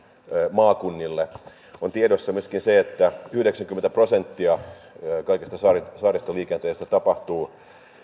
maakunnille on tiedossa myöskin se että yhdeksänkymmentä prosenttia kaikesta saaristoliikenteestä tapahtuu